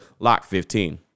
LOCK15